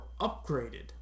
upgraded